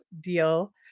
deal